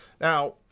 Now